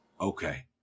okay